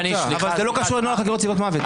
אבל זה לא קשור לנוהל חקירות סיבות מוות.